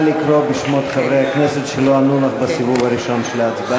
נא לקרוא בשמות חברי הכנסת שלא ענו לך בסיבוב הראשון של ההצבעה.